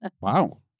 Wow